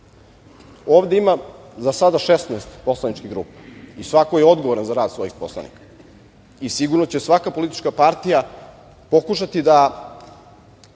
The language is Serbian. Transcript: ima za sada 16 poslaničkih grupa i svako je odgovoran za rad svojih poslanika. Sigurno će svaka politička partija pokušati da